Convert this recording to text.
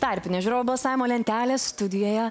tarpinė žiūrovų balsavimo lentelę studijoje